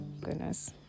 goodness